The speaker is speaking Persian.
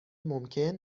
ممکن